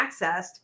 accessed